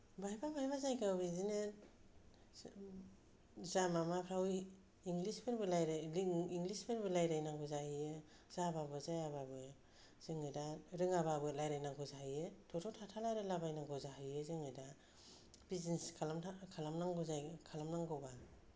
बहायबा बहायबा जायगायाव बिदिनो जा माबाफ्राव इंलिस जोंबो रायलाय इंलिस रावबो रायलायनांगौ जायो जाबाबो जायाबाबो जोङो दा रोङाबाबो रायलायनांगौ जायो थथ' थाथा रायलायबायनांगौ जाहैयो जोङो दा बिजनेस खालामनो थाखाय खालामनांगौ जायो खालामनांगौबा